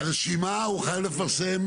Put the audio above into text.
את הרשימה הוא חייב לפרסם,